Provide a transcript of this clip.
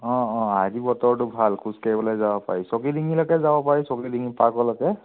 অ' অ' আজি বতৰটো ভাল খোজ কাঢ়িবলৈ যাব পাৰি ছকিডিঙ্গিলৈকে যাব পাৰে ছকিডিঙ্গি পাৰ্কলৈকে